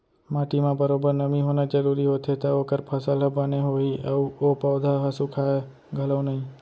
माटी म बरोबर नमी होना जरूरी होथे तव ओकर फसल ह बने होही अउ ओ पउधा ह सुखाय घलौ नई